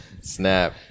snap